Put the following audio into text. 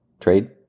trade